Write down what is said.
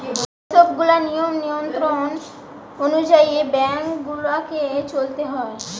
যে সব গুলা নিয়ম নিয়ন্ত্রণ অনুযায়ী বেঙ্ক গুলাকে চলতে হয়